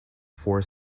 four